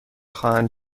خواهند